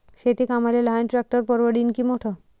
शेती कामाले लहान ट्रॅक्टर परवडीनं की मोठं?